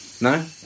No